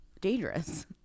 dangerous